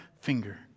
finger